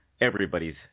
everybody's